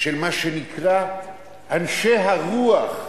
של מה שנקרא "אנשי הרוח"